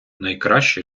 найкраще